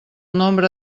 nombre